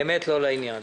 באמת לא לעניין.